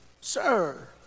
sir